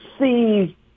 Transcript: see